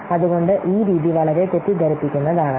അതുകൊണ്ട് ഈ രീതി വളരെ തെറ്റിദ്ധരിപ്പിക്കുന്നതാകാം